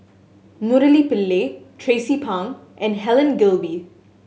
Murali Pillai Tracie Pang and Helen Gilbey